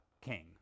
king